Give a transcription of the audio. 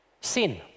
sin